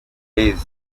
lez